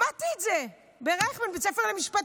למדתי את זה ברייכמן, בבית ספר למשפטים.